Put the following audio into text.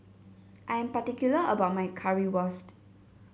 I am particular about my Currywurst